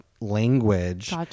language